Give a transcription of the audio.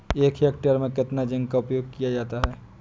एक हेक्टेयर में कितना जिंक का उपयोग किया जाता है?